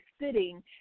sitting